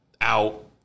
out